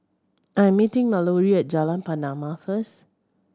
I'm meeting Malorie Jalan Pernama first